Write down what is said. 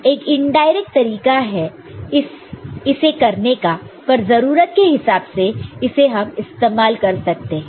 यह एक इनडायरेक्ट तरीका है इसे करने का पर जरूरत के हिसाब से इसे हम इस्तेमाल कर सकते हैं